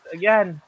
Again